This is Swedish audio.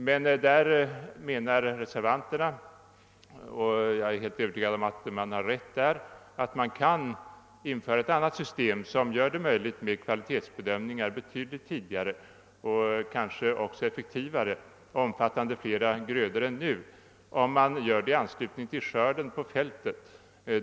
Därvidlag menar vi reservanter — och jag är helt övertygad om att vi har rätt — att det går att införa ett annat system som gör det möjligt med kvalitetsbedömningar betydligt tidigare vv ovir kanske också blir effektivare samt omfattar flera grödor än nu, om man gör bedömningen i anslutning till skörden på fälten.